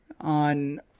on